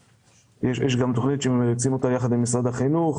יש גם תכנית שמריצים אותה יחד עם משרד החינוך